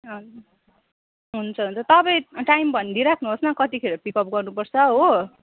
हजुर हुन्छ हुन्छ तपाईँ टाइम भनिदिई राख्नुहोस् न कतिखेर पिकअप गर्नुपर्छ हो